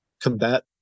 combat